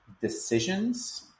decisions